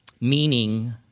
meaning